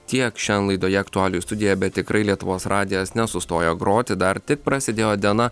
tiek šian laidoje aktualijų studija bet tikrai lietuvos radijas nesustojo groti dar tik prasidėjo diena